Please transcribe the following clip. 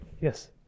yes